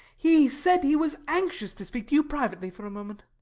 he said he was anxious to speak to you privately for a moment.